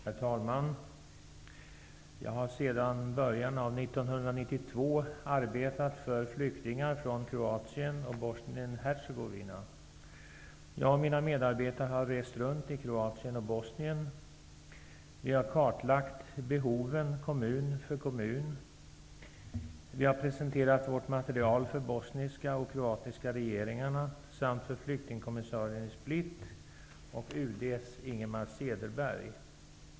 Herr talman! Jag har sedan början av 1992 arbetat för flyktingar från Kroatien och Bosnien Herzegovina. Jag och mina medarbetare har rest runt i Kroatien och Bosnien. Vi har kartlagt behoven kommun för kommun. Vi har presenterat vårt material för de bosniska och kroatiska regeringarna samt för flyktingkommissarien i Split och UD:s Ingemar Cederberg.